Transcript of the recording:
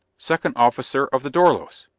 second officer of the dorlos!